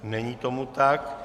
Není tomu tak.